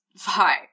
Hi